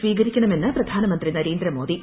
സ്വീകരിക്കണമെന്ന് പ്രധാനമന്ത്രി നരേന്ദ്രമോദി